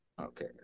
Okay